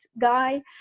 guy